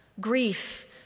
Grief